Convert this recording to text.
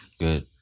Good